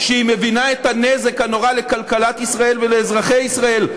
כשהיא מבינה את הנזק הנורא לכלכלת ישראל ולאזרחי ישראל,